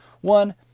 One